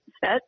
set